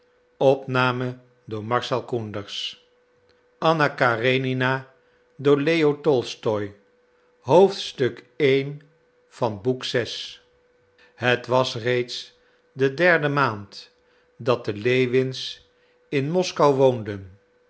het was reeds de derde maand dat de lewins in moskou woonden